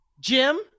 Jim